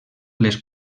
les